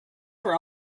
for